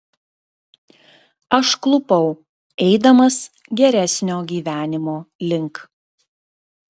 aš klupau eidamas geresnio gyvenimo link